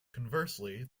conversely